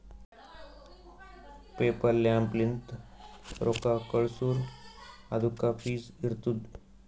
PayPal app ಲಿಂತ್ ರೊಕ್ಕಾ ಕಳ್ಸುರ್ ಅದುಕ್ಕ ಫೀಸ್ ಇರ್ತುದ್